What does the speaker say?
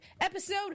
episode